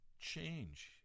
change